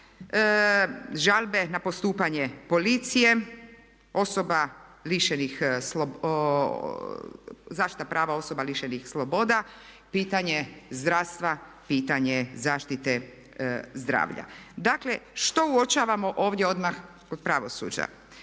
žalbe na postupanje policije, zaštita prava osoba lišenih slobode, pitanje zdravstva, pitanje zaštite zdravlja. Dakle, što uočavamo ovdje odmah kod pravosuđa?